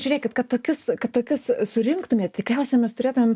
žiūrėkit kad tokius kad tokius surinktumėt tikriausia mes turėtumėm